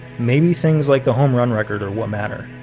maybe things like the home run record are what matter.